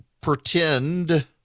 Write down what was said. pretend